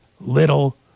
little